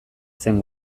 zen